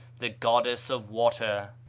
the goddess of water.